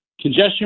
congestion